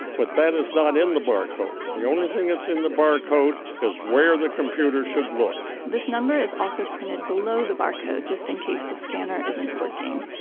but that is not in the barcode. the only thing that's in the barcode is where the computer should look this number is also printed below the barcode just in case the scanner isn't working,